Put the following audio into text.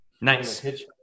Nice